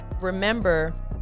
remember